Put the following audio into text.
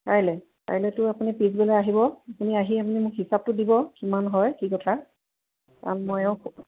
কাইলে কাইলৈতো আপুনি পিছবেলা আহিব আপুনি আহি আপুনি মোক হিচাপটো দিব কিমান হয় কি কথা কাৰণ ময়ো